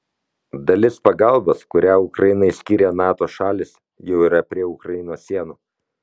dalis pagalbos kurią ukrainai skyrė nato šalys jau yra prie ukrainos sienų